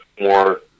more